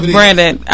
Brandon